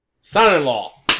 Son-in-Law